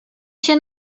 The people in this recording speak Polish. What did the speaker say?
się